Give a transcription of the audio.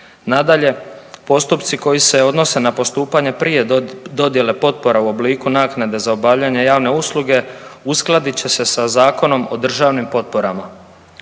Nadalje, postupci koji se odnose na postupanje prije dodjele potpora u obliku naknade za obavljanje javne usluge uskladit će se sa Zakonom o državnim potporama.